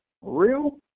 real